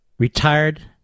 Retired